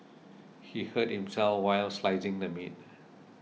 he hurt himself while slicing the meat